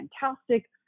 fantastic